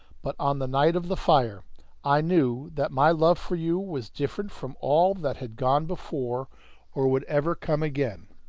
but on the night of the fire i knew that my love for you was different from all that had gone before or would ever come again.